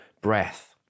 breath